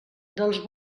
dels